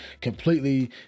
completely